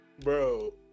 Bro